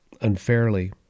unfairly